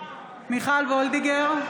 מיכל וולדיגר,